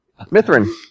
Mithrin